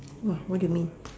!wah! what do you mean